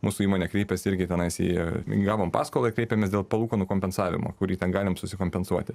mūsų įmonė kreipiasi irgi tenais į gavom paskolą kreipėmės dėl palūkanų kompensavimo kurį ten galim susi kompensuoti